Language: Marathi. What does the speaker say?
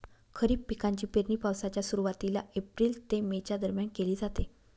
खरीप पिकांची पेरणी पावसाच्या सुरुवातीला एप्रिल ते मे च्या दरम्यान केली जाते